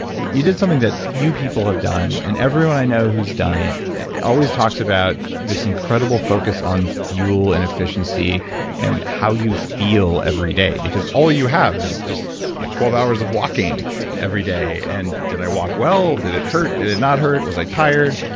you did something that a few people have done. and everyone i know who's done it always talks about this incredible focus on fuel and efficiency and how you feel every day. because all you have is just twelve hours of walking every day. and did i walk well? did it hurt? did it not hurt? was i tired?